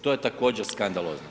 To je također skandalozno.